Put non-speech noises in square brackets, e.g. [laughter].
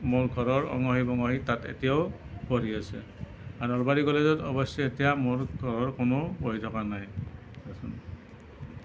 মোৰ ঘৰৰ অঙহী বঙহী তাত এতিয়াও পঢ়ি আছে আৰু নলবাৰী কলেজত অৱশ্যে এতিয়া মোৰ ঘৰৰ কোনো পঢ়ি থকা নাই [unintelligible]